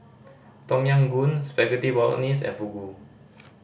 Tom Yam Goong Spaghetti Bolognese and Fugu